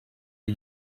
are